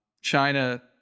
China